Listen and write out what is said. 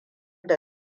da